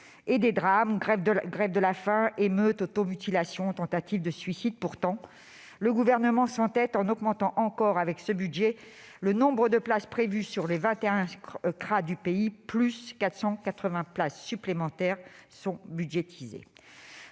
et des drames : grève de la faim, émeutes, automutilation, tentatives de suicide ... Pourtant, le Gouvernement s'entête en augmentant encore avec ce budget le nombre de places prévues dans les 21 CRA du pays. Ainsi 480 places supplémentaires sont-elles budgétisées.